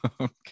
Okay